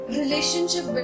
relationship